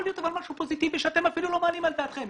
יכול להיות משהו פוזיטיבי שאתם אפילו לא מעלים על דעתכם.